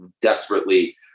desperately